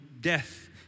death